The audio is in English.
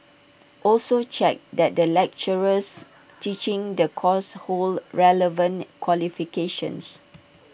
also check that the lecturers teaching the course hold relevant qualifications